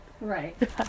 right